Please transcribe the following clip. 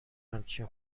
همچین